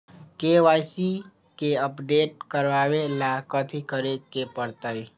KYC के update करवावेला कथि करें के परतई?